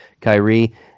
Kyrie